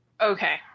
Okay